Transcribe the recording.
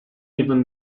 even